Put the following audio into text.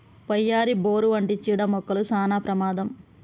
వయ్యారి, బోరు వంటి చీడ మొక్కలు సానా ప్రమాదం